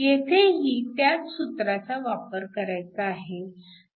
येथेही त्याच सूत्राचा वापर करायचा आहे